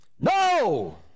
No